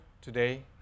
today